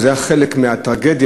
וזה היה חלק מהטרגדיה,